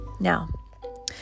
Now